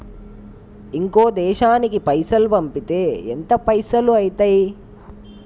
ఇంకో దేశానికి పైసల్ పంపితే ఎంత పైసలు అయితయి?